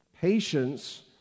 Patience